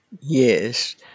Yes